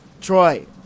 Troy